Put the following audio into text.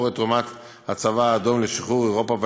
את תרומת הצבא האדום לשחרור אירופה והיהודים.